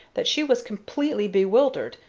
that she was completely bewildered,